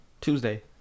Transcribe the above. tuesday